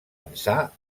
ençà